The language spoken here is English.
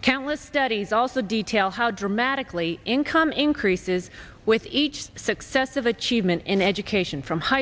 countless studies also detail how dramatically income increases with each successive achievement in education from high